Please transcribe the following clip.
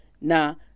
now